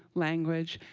language.